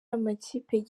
amakipe